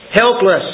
Helpless